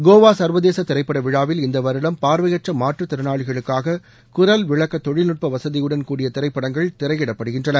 கோவா சர்வதேச திரைப்பட விழாவில் இந்த வருடம் பார்வையற்ற மாற்றுத்திறனாளிகளுக்காக குரல் விளக்க தொழில் நுட்ப வசதியுடன் கூடிய திரைப்படங்கள் திரையிடப்படுகின்றன